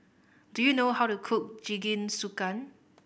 do you know how to cook Jingisukan